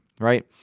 Right